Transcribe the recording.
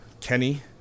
Kenny